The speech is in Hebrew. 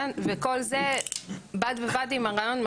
כן וכל זה בד בבד עם הרעיון,